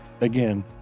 Again